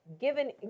Given